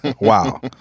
wow